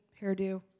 hairdo